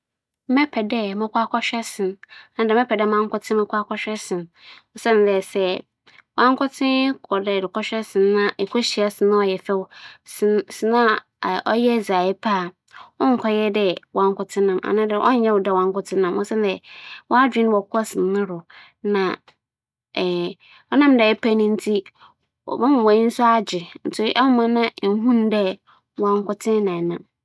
M'enyi gye dɛ mo nko mobͻkͻ beebi akɛtsena na medzidzi kyen dɛ monko mobͻkͻ beebi akͻhwɛ sene. Siantsir nye dɛ, sene dze myimpa kor nnhwɛ ma ͻnnyɛ yie, ͻwͻ dɛ enya obi tsena wo nkyɛn na enye no ka sene a erohwɛ no ho asɛm na edzidzi dze, wo nkotsee tsena ase na edzidzi a, nna w'ahom ka wo ho osiandɛ obiara mmbɛgyegye wo kasa ͻbɛma w'edziban atram wo anaa egyaa w'edziban a eridzi na ekeyiyi asɛm ano.